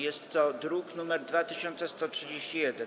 Jest to druk nr 2131.